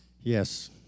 Yes